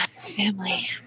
Family